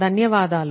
ధన్యవాదాలు